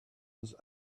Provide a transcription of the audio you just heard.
was